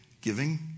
Giving